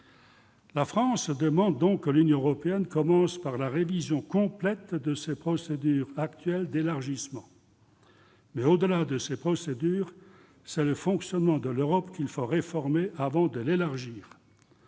La France demande que l'Union européenne commence par la révision complète des procédures actuelles d'élargissement. Mais, au-delà, c'est le fonctionnement de l'Union européenne qu'il faut réformer avant de l'élargir.